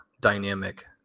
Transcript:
dynamic